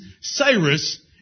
Cyrus